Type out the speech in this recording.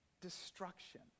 destruction